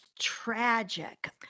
tragic